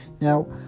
Now